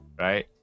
right